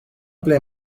ble